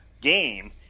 game